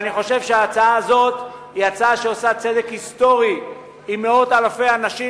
אני חושב שההצעה הזאת היא הצעה שעושה צדק היסטורי עם מאות אלפי אנשים